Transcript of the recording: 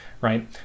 right